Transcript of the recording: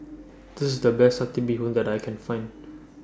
This IS The Best Satay Bee Hoon that I Can Find